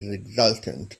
exultant